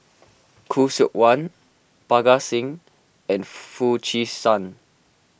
Khoo Seok Wan Parga Singh and Foo Chee San